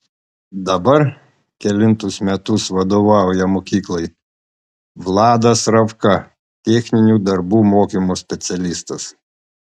dabar kelintus metus vadovauja mokyklai vladas ravka techninių darbų mokymo specialistas